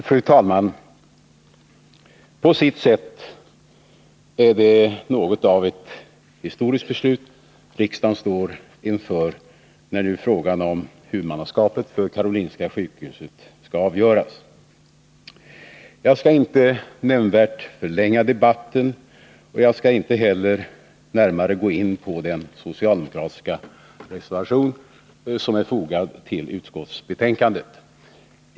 Fru talman! På sitt sätt är det något av ett historiskt beslut som riksdagen står inför, när nu frågan om huvudmannaskapet för Karolinska sjukhuset skall avgöras. Jag skall inte nämnvärt förlänga debatten, och jag skall inte heller närmare gå in på den socialdemokratiska reservation som fogats till utskottsbetänkandet.